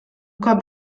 cop